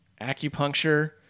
acupuncture